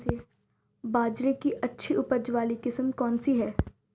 बाजरे की अच्छी उपज वाली किस्म कौनसी है?